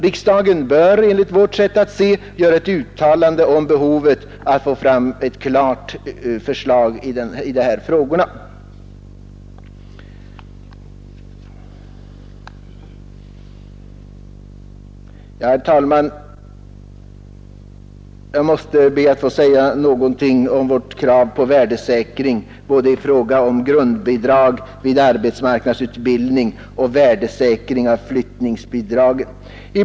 Riksdagen bör enligt vårt sätt att se göra ett uttalande om behovet av att få fram ett klart förslag i dessa frågor. Herr talman! Jag måste be att få säga någonting om vårt krav på värdesäkring både av grundbidrag vid arbetsmarknadsutbildning och av flyttningsbidragen.